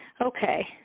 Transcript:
Okay